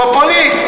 פופוליסט